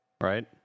Right